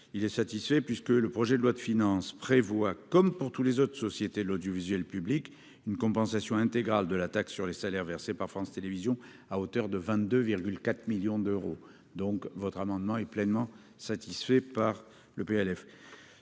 il est satisfait, puisque le projet de loi de finances prévoit, comme pour tous les autres sociétés de l'audiovisuel public une compensation intégrale de la taxe sur les salaires versés par France Télévisions à hauteur de 22 4 millions d'euros, donc votre amendement est pleinement satisfait par le PLF